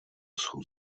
jsou